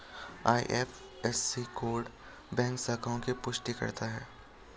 IFSC code bank शाखाओं की पुष्टि करता है